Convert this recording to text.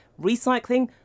recycling